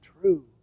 true